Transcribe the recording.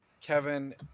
Kevin